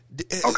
Okay